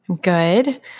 Good